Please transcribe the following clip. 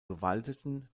bewaldeten